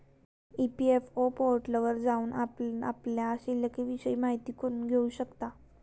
EPFO पोर्टलवर जाऊन आपण आपल्या शिल्लिकविषयी माहिती करून घेऊ शकता